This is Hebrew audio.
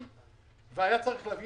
הוועדה לא התכנסה במשך שנה וחצי.